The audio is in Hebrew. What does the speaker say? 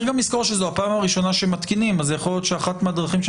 צריך גם לזכור שזו הפעם הראשונה שמתקינים אז יכול להיות שאחת מהדרכים,